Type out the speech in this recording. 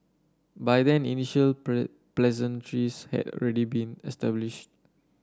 by then initial pleasantries had already been established